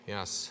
Yes